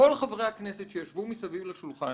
כל חבריי הכנסת שישבו מסביב לשולחן,